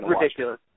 ridiculous